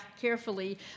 carefully